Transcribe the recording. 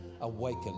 awaken